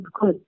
good